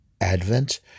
Advent